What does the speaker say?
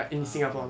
oh